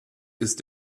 ist